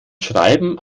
schreiben